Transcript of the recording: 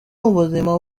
ubuzima